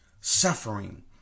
suffering